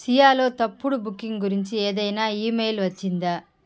సియాలో తప్పుడు బుకింగ్ గురించి ఏదైనా ఇమెయిల్ వచ్చిందా